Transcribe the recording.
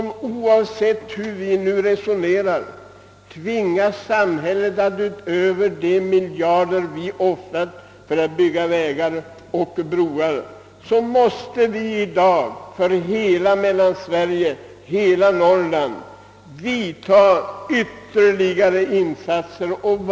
Oavsett hur vi resonerar tvingas samhället att utöver de miljarder, som redan offrats för att bygga vägar och broar, göra ytterligare insatser för hela Mellansverige — ja, för hela Norrland.